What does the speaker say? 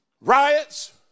Riots